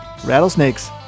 rattlesnakes